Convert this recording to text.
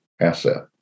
asset